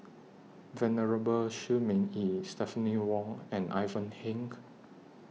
Venerable Shi Ming Yi Stephanie Wong and Ivan Heng